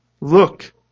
look